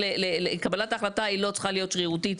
קבלת ההחלטה לא צריכה להיות שרירותית,